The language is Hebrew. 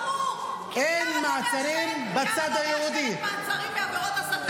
ברור, כי מיארה לא מאשרת מעצרים בעבירות הסתה.